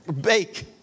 Bake